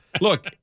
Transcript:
Look